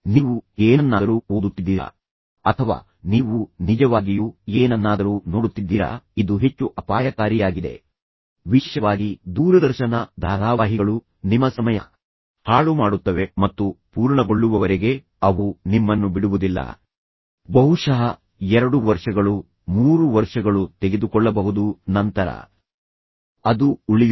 ನೀವು ಏನನ್ನಾದರೂ ಓದುತ್ತಿದ್ದೀರಾ ಅಥವಾ ನೀವು ನಿಜವಾಗಿಯೂ ಏನನ್ನಾದರೂ ನೋಡುತ್ತಿದ್ದೀರಾ ಇದು ಹೆಚ್ಚು ಅಪಾಯಕಾರಿಯಾಗಿದೆ ವಿಶೇಷವಾಗಿ ದೂರದರ್ಶನ ಧಾರಾವಾಹಿಗಳು ನಿಮ್ಮ ಸಮಯ ಮತ್ತು ನಿಮ್ಮ ಗಮನ ಸಾಮರ್ಥ್ಯದ ವಿಷಯದಲ್ಲಿ ನಿಮ್ಮನ್ನು ಕೊಲ್ಲುತ್ತವೆ ಏಕೆಂದರೆ ಅವು ನಿಮ್ಮ ಮೆದುಳಿನಲ್ಲಿ ಹೆಚ್ಚು ಸ್ಥಗಿತಗೊಳ್ಳುತ್ತವೆ ಝೈಗಾರ್ನಿಕ್ ಪರಿಣಾಮದ ಬಗ್ಗೆ ನಾವು ಚರ್ಚಿಸಿದ್ದಕ್ಕೆ ಧನ್ಯವಾದಗಳು ಮತ್ತು ನೀವು ಪೂರ್ಣಗೊಳ್ಳುವವರೆಗೆ ಅವು ನಿಮ್ಮನ್ನು ಬಿಡುವುದಿಲ್ಲ ಬಹುಶಃ ಎರಡು ವರ್ಷಗಳು ಮೂರು ವರ್ಷಗಳು ತೆಗೆದುಕೊಳ್ಳಬಹುದು ಮತ್ತು ನಂತರ ಅದು ಉಳಿಯುತ್ತದೆ